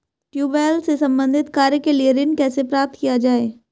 Tubewell से संबंधित कार्य के लिए ऋण कैसे प्राप्त किया जाए?